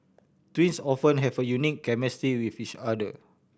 twins often have a unique chemistry with each other